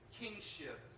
kingship